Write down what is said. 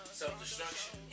self-destruction